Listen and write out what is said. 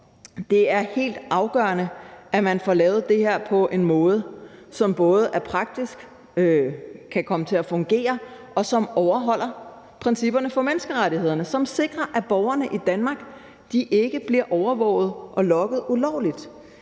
Det er helt afgørende, at man får lavet det her på en måde, som både er praktisk, kan komme til at fungere og overholder principperne for menneskerettighederne, som sikrer, at borgerne i Danmark ikke bliver overvåget og logget ulovligt.